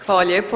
Hvala lijepo.